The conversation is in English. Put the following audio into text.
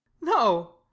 No